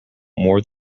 more